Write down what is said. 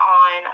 on